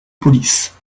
police